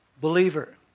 believer